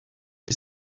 est